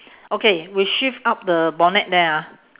okay we shift up the bonnet there ah